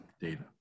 data